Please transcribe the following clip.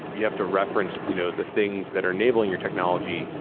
you have to reference you know the things that are enabling your technology,